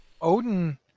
Odin